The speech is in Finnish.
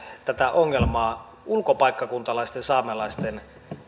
tätä ulkopaikkakuntalaisten saamelaisten